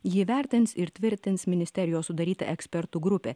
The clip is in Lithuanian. jį vertins ir tvirtins ministerijos sudaryta ekspertų grupė